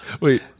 Wait